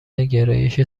گرایش